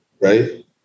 Right